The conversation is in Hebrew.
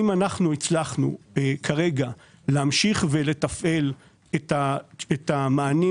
אם הצלחנו כרגע להמשיך ולתפעל את המענים